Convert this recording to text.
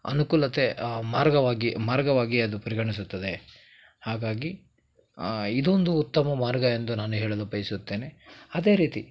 ಅನುಕೂಲತೆ ಮಾರ್ಗವಾಗಿ ಮಾರ್ಗವಾಗಿ ಅದು ಪರಿಗಣಿಸುತ್ತದೆ ಹಾಗಾಗಿ ಇದೊಂದು ಉತ್ತಮ ಮಾರ್ಗ ಎಂದು ನಾನು ಹೇಳಲು ಬಯಸುತ್ತೇನೆ ಅದೇ ರೀತಿ